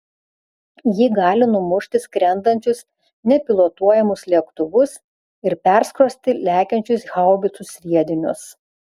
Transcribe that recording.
ji gali numušti skrendančius nepilotuojamus lėktuvus ir perskrosti lekiančius haubicų sviedinius